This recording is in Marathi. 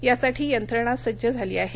यासाठी यंत्रणा सज्ज झाली आहे